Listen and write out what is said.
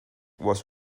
was